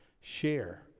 share